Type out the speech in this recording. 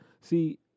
see